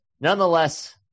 nonetheless